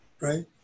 right